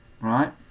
right